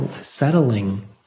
settling